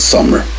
Summer